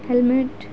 helmet